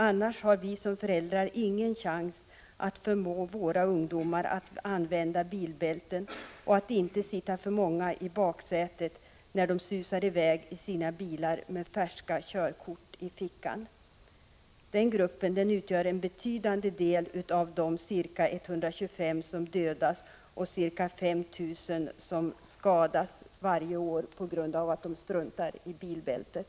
Annars har vi som föräldrar ingen chans att förmå våra ungdomar att använda bilbälten och att inte sitta för många i baksätet när de susar i väg i sina bilar med färska körkort i fickan. Den gruppen utgör en betydande del av de ca 125 som dödas och ca 5 000 som skadas varje år på grund av att de struntar i bilbältet.